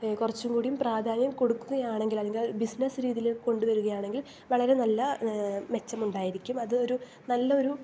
കുറച്ചുംകൂടി പ്രാധാന്യം കൊടുക്കുകയാണെങ്കിൽ അതിനെ ബിസിനസ്സ് രീതിയിൽ കൊണ്ടു വരികയാണെങ്കിൽ വളരെ നല്ല മെച്ചമുണ്ടായിരിക്കും അത് ഒരു നല്ല ഒരു